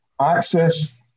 access